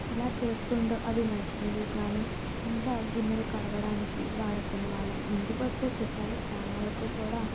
ఇలా చేసుకుంటూ అవి మంచినీళ్ళు కాను ఇంకా ఆ గిన్నెలు కడగడానికి వాడకునే వాళ్ళం ఇంటికి వచ్చే చుట్టాలు స్నానాలకు కూడా